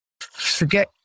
forget